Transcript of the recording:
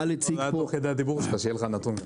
זה היה תוך כדי הדיבור שלך, שיהיה לך נתון.